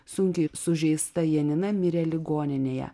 sunkiai sužeista janina mirė ligoninėje